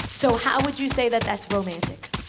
so how would you say that that's romantic?